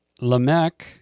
Lamech